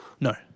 No